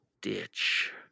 ditch